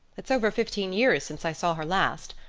it's over fifteen years since i saw her last.